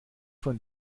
von